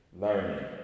learning